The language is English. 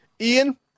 Ian